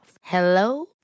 Hello